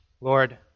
Lord